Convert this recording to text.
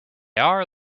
are